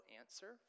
answer